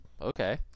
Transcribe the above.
okay